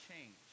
change